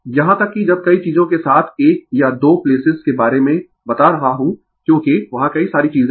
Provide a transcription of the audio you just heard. यहां तक कि जब कई चीजों के साथ 1 या 2 प्लेसेस के बारे में बता रहा हूं क्योंकि वहां कई सारी चीजें है